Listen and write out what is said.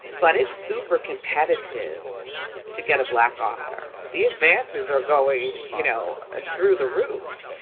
but it's super competitive to get a black author. the advances are going, you know, through the roof.